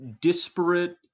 disparate